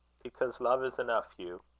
because love is enough, hugh.